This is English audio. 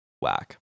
Whack